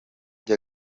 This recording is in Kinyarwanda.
ubwo